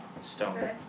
stone